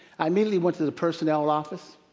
i immediately went to the personnel office,